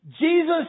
Jesus